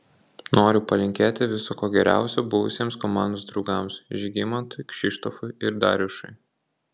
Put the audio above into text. noriu palinkėti viso ko geriausio buvusiems komandos draugams žygimantui kšištofui ir darjušui